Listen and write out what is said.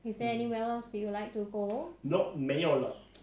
is there anywhere else would you like to go